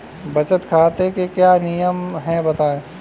बचत खाते के क्या नियम हैं बताएँ?